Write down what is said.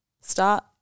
start